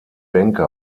bänke